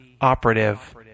operative